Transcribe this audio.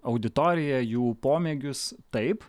auditoriją jų pomėgius taip